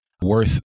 Worth